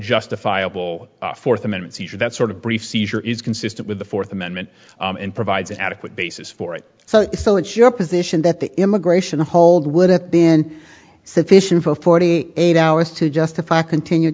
justifiable fourth amendment seizure that sort of brief seizure is consistent with the fourth amendment and provides an adequate basis for it so still it's your position that the immigration hold would have been sufficient for forty eight hours to justify continued